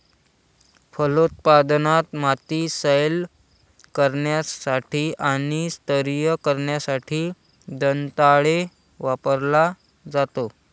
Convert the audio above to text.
फलोत्पादनात, माती सैल करण्यासाठी आणि स्तरीय करण्यासाठी दंताळे वापरला जातो